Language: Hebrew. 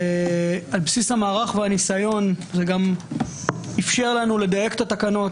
על פי המערך והניסיון זה אפשר לנו לדייק את התקנות,